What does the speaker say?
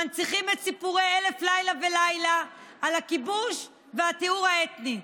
מנציחים את סיפורי אלף לילה ולילה על הכיבוש והטיהור האתני,